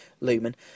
Lumen